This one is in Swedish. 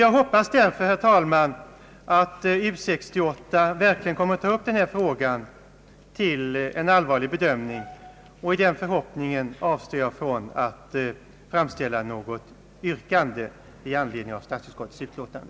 Jag hoppas, herr talman, att U 68 verkligen kommer att ta upp denna fråga till en allvarlig bedömning, och i den förhoppningen avstår jag från att framställa något yrkande med anledning av statsutskottets utlåtande.